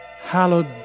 hallowed